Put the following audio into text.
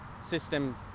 system